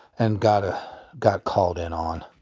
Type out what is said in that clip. and got ah got called in on.